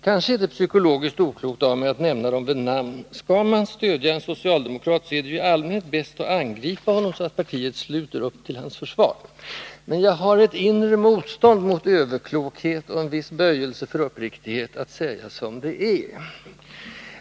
Kanske är det psykologiskt oklokt av mig att nämna dem vid namn — skall man stödja en socialdemokrat, så är det ju i allmänhet bäst att angripa honom, så att partiet sluter upp till hans försvar, men jag har ett inre motstånd mot överklokhet och en viss böjelse för uppriktighet: att säga som det är.